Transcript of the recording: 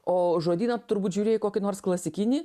o žodyną turbūt žiūrėjai kokį nors klasikinį